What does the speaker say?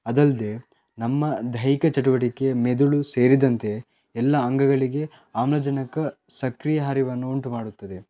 ಅದಲ್ಲದೆ ನಮ್ಮ ದೈಹಿಕ ಚಟುವಟಿಕೆ ಮೆದುಳು ಸೇರಿದಂತೆ ಎಲ್ಲ ಅಂಗಗಳಿಗೆ ಆಮ್ಲಜನಕ ಸಕ್ರಿಯ ಹರಿವನ್ನು ಉಂಟು ಮಾಡುತ್ತದೆ